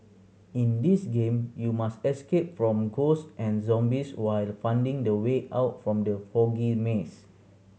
in this game you must escape from ghost and zombies while finding the way out from the foggy maze